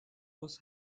was